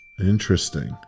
Interesting